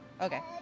Okay